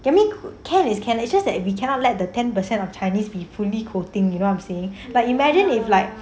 that means can is can is just that we cannot let the ten per cent of chinese be fully coding you know I'm saying but imagine if like